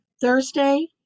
Thursday